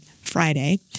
Friday